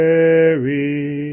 Mary